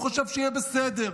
הוא חושב שיהיה בסדר.